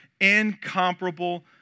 incomparable